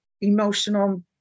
emotional